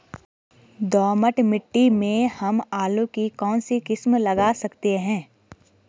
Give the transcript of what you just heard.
दोमट मिट्टी में हम आलू की कौन सी किस्म लगा सकते हैं?